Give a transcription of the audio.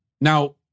Now